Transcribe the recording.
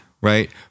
Right